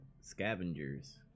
Scavengers